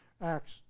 Acts